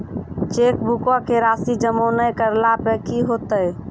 चेकबुको के राशि जमा नै करला पे कि होतै?